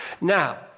Now